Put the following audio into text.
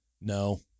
no